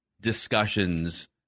discussions